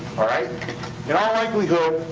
all right, in all likelihood,